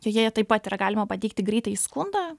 joje taip pat yra galima pateikti greitąjį skundą